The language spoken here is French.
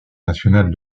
nationale